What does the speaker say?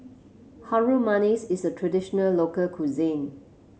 Harum Manis is a traditional local cuisine